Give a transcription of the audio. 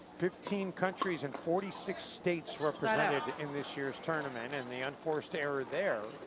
fifteen countries and forty six states represented in this year's tournament. and the unforced error there.